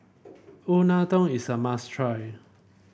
unadon is a must try